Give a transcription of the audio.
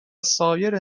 سایر